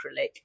acrylic